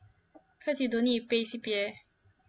cause you don't need to pay C_P_F